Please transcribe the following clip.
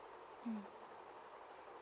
mm